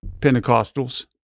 Pentecostals